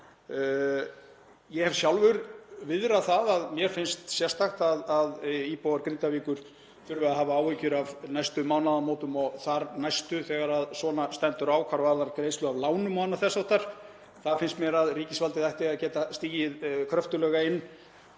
Ég hef sjálfur viðrað það að mér finnst sérstakt að íbúar Grindavíkur þurfi að hafa áhyggjur af næstu mánaðamótum og þar næstu þegar svona stendur á hvað varðar greiðslu af lánum og annað þess háttar. Þar finnst mér að ríkisvaldið ætti að geta stigið kröftuglega inn.